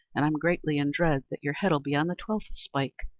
and i'm greatly in dread that your head'll be on the twelfth spike,